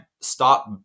stop